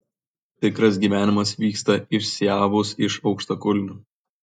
tikras gyvenimas vyksta išsiavus iš aukštakulnių